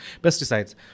pesticides